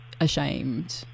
ashamed